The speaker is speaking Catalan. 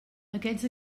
aquests